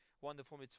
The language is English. wonderful